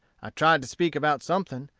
i tried to speak about something,